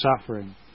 suffering